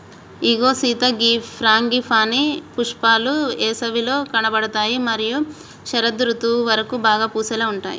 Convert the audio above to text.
ఇగో సీత గీ ఫ్రాంగిపానీ పుష్పాలు ఏసవిలో కనబడుతాయి మరియు శరదృతువు వరకు బాగా పూసేలాగా ఉంటాయి